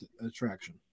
attraction